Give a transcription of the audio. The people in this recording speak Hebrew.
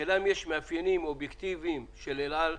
השאלה אם יש מאפיינים אובייקטיביים של אל על,